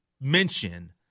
mention